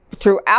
Throughout